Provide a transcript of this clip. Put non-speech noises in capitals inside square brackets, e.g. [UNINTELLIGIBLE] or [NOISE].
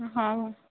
[UNINTELLIGIBLE]